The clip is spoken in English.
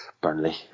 Burnley